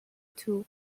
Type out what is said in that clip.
two